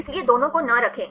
इसलिए दोनों को न रखें